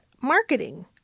marketing